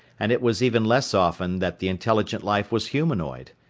and it was even less often that the intelligent life was humanoid.